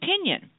opinion